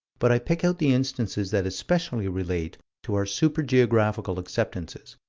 but i pick out the instances that especially relate to our super-geographical acceptances,